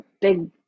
big